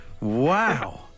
Wow